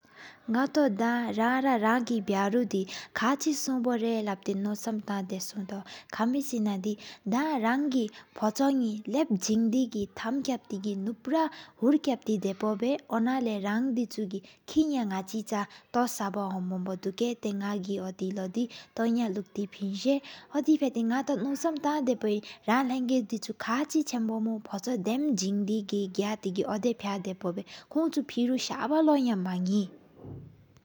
ནག་ཏོ་དང་ར་ཐང་ར་གི་བ་རུ་དི་ཨེ། ཁག་ཅིག་སོ་བ་བཻ་ལབ་ཏེ་ནོ་སམ་ཐང་སུ་ཏོ། ཁ་མི་སེ་ན་དི་དང་རང་གི་ཕོ་ཆོ་ཉེ། ལབ་ཟིང་དེགི་ཐམ་ཀབ་ཏེ་གི་ནུ་ཕ་ལ་ཧུར་ཀབ་ཏེ། སྡེ་པོ་བཻ་དང་ཨ་ལེ་རང་དི་ཆུ་གིས་ཀེ་ཡང་། ནག་ཅི་ཕྱ་ཏོ་ས་བ་ཧོན་བོ་དུ་ཀ་ཏཡ་ནག་གི། ཨོ་དེ་ལོ་ཏོ་ཡང་ལུགས་ཏེ་ཕིན་ཟ། ཨོ་དེ་ཕའི་ཏེ་ནག་ཏོ་ནོ་སམ་ཐང་སྡོ་པོ་ཨི། རང་ལེགས་ང་ཆུ་ཁ་ཅིག་ཆེན་པོ་མུ། ཕོ་ཆོ་དེམ་ཟིང་དི་གི་རྒྱ་ཏེ་གི་ཨོ་དེ་ཕ་ཡ་བ་དཻ་པོ། གུང་ཆུ་ཕེ་རུ་ས་བ་ལོ་ཡང་མ་ཧེ།